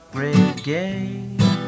reggae